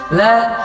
let